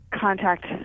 contact